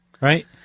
Right